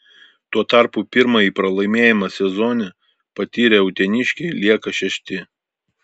tuo tarpu pirmąjį pralaimėjimą sezone patyrę uteniškiai lieka šešti